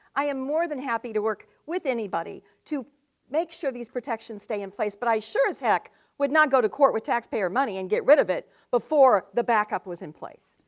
i am more than happy to work with anybody to make sure these protections stay in place, but i sure as heck would not go to court with taxpayer money and get rid of it before the backup was in place.